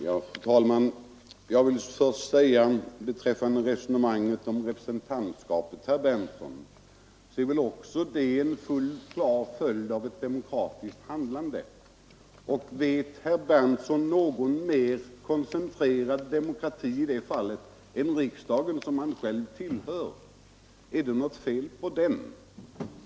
Fru talman! Jag vill först säga till herr Berndtson i Linköping beträffande resonemanget om representantskapen att också utvecklingen därvidlag är en fullt klar följd av ett demokratiskt handlande. Vet herr Berndtson någon mer koncentrerad demokrati i det fallet än riksdagen, som han själv tillhör? Är det något fel på den?